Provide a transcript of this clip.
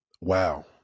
Wow